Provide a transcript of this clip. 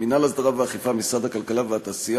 מינהל הסדרה ואכיפה במשרד הכלכלה והתעשייה